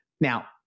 Now